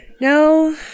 No